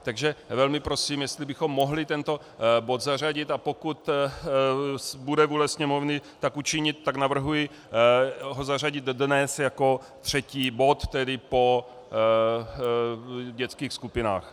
Takže velmi prosím, jestli bychom mohli tento bod zařadit, a pokud bude vůle Sněmovny, tak učinit, tak navrhuji ho zařadit dnes jako třetí bod, tedy po dětských skupinách.